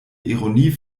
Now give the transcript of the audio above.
ironie